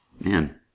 Man